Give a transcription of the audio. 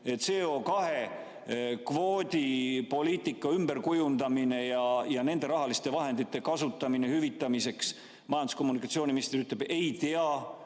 CO2kvoodipoliitika ümberkujundamine ega nende rahaliste vahendite kasutamine hüvitamiseks. Majandus- ja kommunikatsiooniminister ütleb: ei tea,